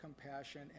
compassion